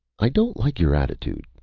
i don't like your attitude,